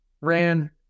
ran